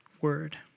word